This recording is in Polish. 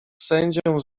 sędzią